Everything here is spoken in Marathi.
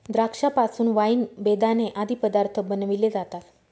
द्राक्षा पासून वाईन, बेदाणे आदी पदार्थ बनविले जातात